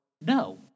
No